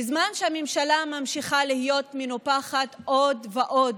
בזמן שהממשלה ממשיכה להיות מנופחת עוד ועוד,